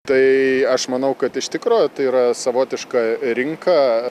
tai aš manau kad iš tikro tai yra savotiška rinka